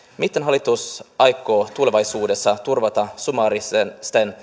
miten hallitus aikoo tulevaisuudessa turvata summaaristen